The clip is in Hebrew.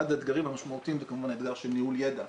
אחד האתגרים המשמעותיים זה כמובן האתגר של ניהול ידע.